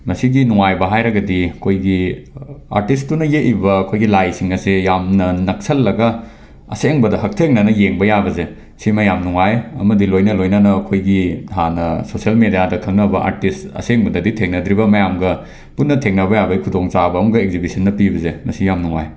ꯃꯁꯤꯒꯤ ꯅꯨꯡꯉꯥꯏꯕ ꯍꯥꯏꯔꯒꯗꯤ ꯑꯩꯈꯣꯏꯒꯤ ꯑꯥꯔꯇꯤꯁꯇꯨꯅ ꯌꯦꯛꯂꯤꯕ ꯑꯩꯈꯣꯏꯒꯤ ꯂꯥꯏꯁꯤꯡ ꯑꯁꯤ ꯌꯥꯝꯅ ꯅꯛꯁꯤꯜꯂꯒ ꯑꯁꯦꯡꯕꯗ ꯍꯛꯊꯦꯡꯅꯅ ꯌꯦꯡꯕ ꯌꯥꯕꯁꯦ ꯁꯤꯃ ꯌꯥꯝ ꯅꯨꯡꯉꯥꯏ ꯑꯃꯗꯤ ꯂꯣꯏꯅ ꯂꯣꯏꯅꯅ ꯑꯩꯈꯣꯏꯒꯤ ꯍꯥꯟꯅ ꯁꯣꯁꯦꯜ ꯃꯤꯗ꯭ꯌꯥꯗ ꯈꯪꯅꯕ ꯑꯥꯔꯇꯤꯁ ꯑꯁꯦꯡꯕꯗꯗꯤ ꯊꯦꯡꯅꯗ꯭ꯔꯤꯕ ꯃꯌꯥꯝꯒ ꯄꯨꯟꯅ ꯊꯦꯡꯅꯕ ꯌꯥꯕꯒꯤ ꯈꯨꯗꯣꯡꯆꯥꯕ ꯑꯃꯒ ꯑꯦꯛꯖꯤꯕꯤꯁꯟꯅ ꯄꯤꯕꯁꯦ ꯃꯁꯤ ꯌꯥꯝꯅ ꯅꯨꯡꯉꯥꯏ